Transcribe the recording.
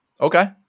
Okay